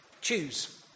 choose